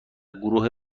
گروه